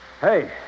Hey